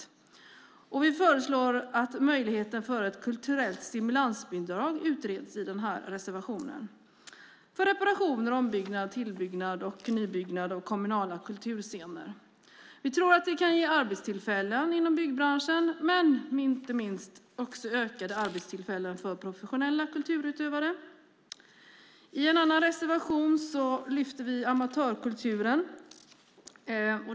I den här reservationen föreslår vi att möjligheten för ett kulturellt stimulansbidrag utreds. Det ska användas för reparationer, ombyggnad, tillbyggnad eller nybyggnad av kommunala kulturscener. Vi tror att det kan ge arbetstillfällen inom byggbranschen och inte minst fler arbetstillfällen för professionella kulturutövare. I en annan reservation lyfter vi upp amatörkulturen.